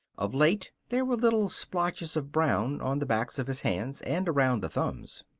of late there were little splotches of brown on the backs of his hands and around the thumbs.